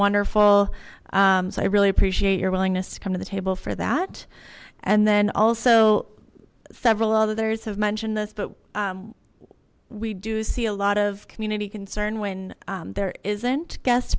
wonderful so i really appreciate your willingness to come to the table for that and then also several others have mentioned this but we do see a lot of community concern when there isn't a gues